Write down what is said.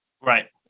Right